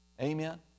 amen